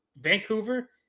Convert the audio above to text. Vancouver